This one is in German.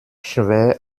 schwer